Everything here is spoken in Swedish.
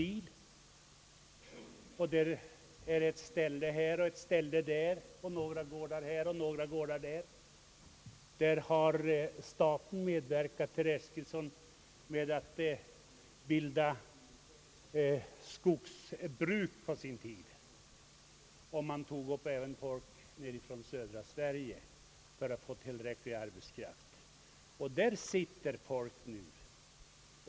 För att få tillräckligt med arbetskraft togs det folk från södra Sverige. Och där sitter folket nu.